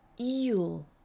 EEL